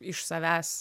iš savęs